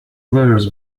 letters